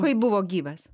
kai buvo gyvas